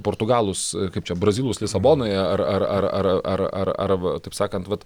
portugalus kaip čia brazilus lisabonoje ar ar ar ar ar ar ar taip sakant vat